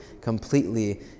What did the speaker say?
completely